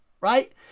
right